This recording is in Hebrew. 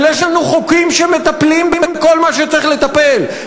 אבל יש לנו חוקים שמטפלים בכל מה שצריך לטפל.